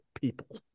people